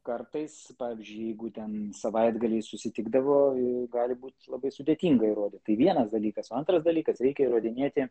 kartais pavyzdžiui jeigu ten savaitgaliais susitikdavo gali būt labai sudėtinga įrodyt tai vienas dalykas o antras dalykas reikia įrodinėti